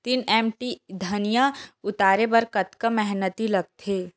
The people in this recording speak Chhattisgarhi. तीन एम.टी धनिया उतारे बर कतका मेहनती लागथे?